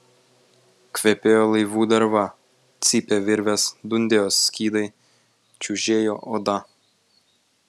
kvepėjo laivų derva cypė virvės dundėjo skydai čiužėjo oda